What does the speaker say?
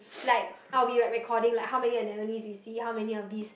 like I'll be like recording how like many anemones we see how many of this